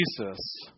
Jesus